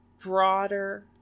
broader